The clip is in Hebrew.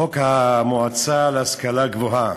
חוק המועצה להשכלה גבוהה,